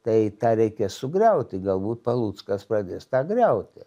tai tą reikia sugriauti galbūt paluckas pradės tą griauti